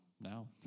now